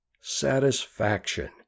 satisfaction